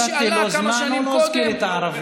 מרוב שנתתי לו זמן, הוא לא מזכיר את הערבים.